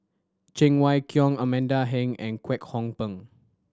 Cheng Wai Keung Amanda Heng and Kwek Hong Png